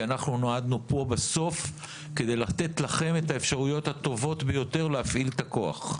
נועדנו פה בסוף כדי לתת לכם את האפשרויות הטובות ביותר להפעיל את הכוח.